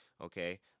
okay